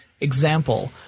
example